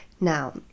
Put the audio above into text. Now